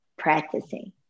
practicing